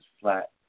flat